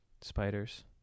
Spiders